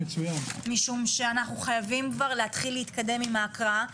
משום שאנחנו חייבים כבר להתחיל להתקדם עם ההקראה.